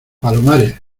palomares